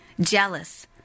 jealous